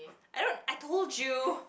I don't I told you